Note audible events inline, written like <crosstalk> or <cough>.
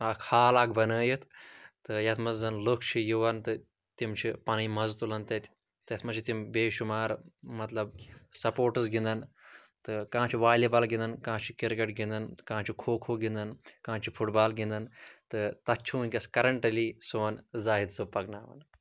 اَکھ حال اکھ بَنٲیِتھ تہٕ یَتھ منٛز زَن لُکھ چھِ یِوان تہٕ تِم چھِ پَنٕنۍ مَزٕ تُلان تَتہِ تَتھ منٛز چھِ تِم بے شُمار مَطلَب سَپوٹٕس گِنٛدان تہٕ کانٛہہ چھُ والی بال گِنٛدان کانٛہہ چھُ کِرکَٹ گِنٛدان کانٛہہ چھُ کھو کھو گِنٛدان کانٛہہ چھُ فُٹ بال گِنٛدان تہٕ تَتھ چھُ وٕنۍکٮ۪س کَرنٛٹلی سون زاہد صٲب <unintelligible>